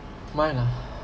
mine ah